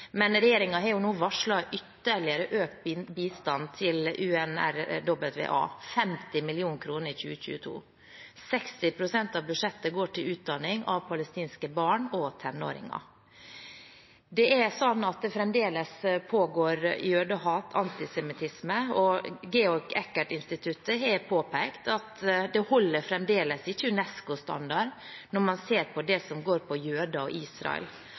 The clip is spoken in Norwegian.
har nå varslet ytterligere økt bistand til UNRWA, 50 mill. kr i 2022. 60 pst. av budsjettet går til utdanning av palestinske barn og tenåringer. Det er sånn at det fremdeles pågår jødehat og antisemittisme, og Georg Eckert-instituttet har påpekt at det fremdeles ikke holder UNESCO-standard når man ser på det som går på jøder og Israel.